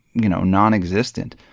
you know, nonexistent.